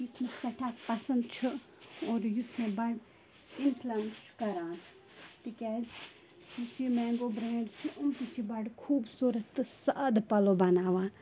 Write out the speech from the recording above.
یُس مےٚ سٮ۪ٹھاہ پَسنٛد چھُ اور یُس مےٚ بَڈٕ اِنفٕلَنٕس چھُ کران تِکیٛازِ یُس یہِ مینگَو برینٛڈ چھُ یِم تہِ چھِ بَڈٕ خوبصوٗرَت تہِ سادٕ پَلَو بناوان